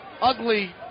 ugly